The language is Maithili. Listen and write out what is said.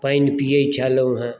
पानि पियैत छलहुँ हेँ